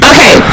Okay